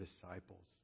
disciples